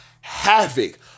havoc